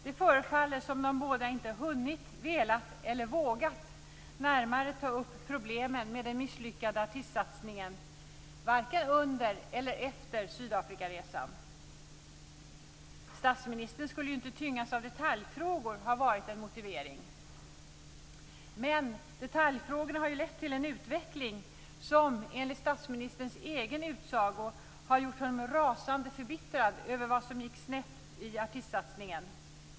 Det förefaller som om de båda inte hunnit, velat eller vågat närmare ta upp problemen med den misslyckade artistsatsningen, vare sig under eller efter Sydafrikaresan. Statsministern skulle ju inte tyngas av detaljfrågor, har varit en motivering. Men detaljfrågorna har ju lett till en utveckling som enligt statsministerns egen utsago har gjort honom rasande förbittrad över vad som gick snett i artistsatsningen.